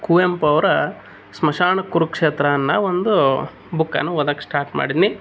ಕುವೆಂಪು ಅವ್ರ ಶ್ಮಶಾನ ಕುರುಕ್ಷೇತ್ರ ಅನ್ನೋ ಒಂದು ಬುಕ್ಕನ್ನು ಓದೋಕೆ ಸ್ಟಾರ್ಟ್ ಮಾಡೀನಿ